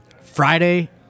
Friday